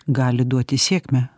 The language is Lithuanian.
gali duoti sėkmę